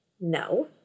No